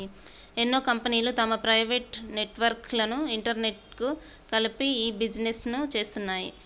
ఎన్నో కంపెనీలు తమ ప్రైవేట్ నెట్వర్క్ లను ఇంటర్నెట్కు కలిపి ఇ బిజినెస్ను చేస్తున్నాయి